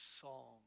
song